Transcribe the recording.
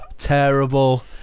terrible